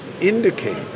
indicate